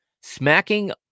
Smacking